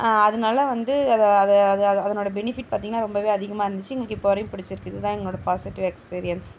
அதனால வந்து அதை அதை அதை அதை அதனோட பெனிஃபிட் பார்த்திங்கன்னா ரொம்பவே அதிகமாக இருந்துச்சு எங்களுக்கு இப்போ வரையும் பிடிச்சிருக்கு இதுதான் எங்களோட பாசிட்டிவ் எக்ஸ்பீரியன்ஸ்